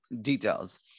details